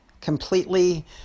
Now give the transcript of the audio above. completely